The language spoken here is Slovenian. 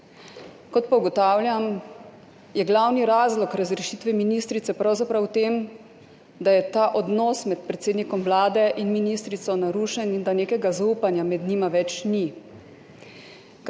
Kot pa ugotavljam, je glavni razlog razrešitve ministrice pravzaprav v tem, da je ta odnos med predsednikom Vlade in ministrico narušen in da nekega zaupanja med njima več ni,